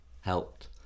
helped